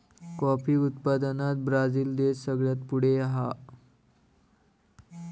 coffee उत्पादनात Brazil देश सगळ्यात पुढे हा